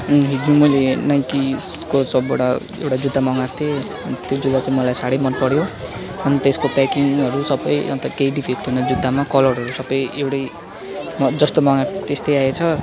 मैले नाइकीको सपबाट एउटा जुत्ता मगाएको थिएँ त्यो जुत्ता चाहिँ मलाई साह्रै मन पऱ्यो अन्त त्यसको पेकिङहरू सबै अन्त केही डिफेक्ट थिएन जुत्तामा कलरहरू सबै एउटै जस्तो मगाएको थिएँ त्यस्तै आएछ